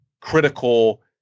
critical